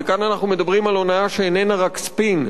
וכאן אנחנו מדברים על הונאה שאיננה רק ספין,